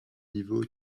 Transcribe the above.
niveau